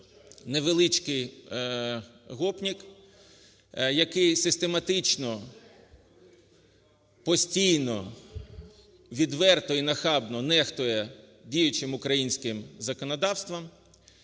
невеличкий "гопник", який систематично, постійно, відверто і нахабно нехтує діючим українським законодавством.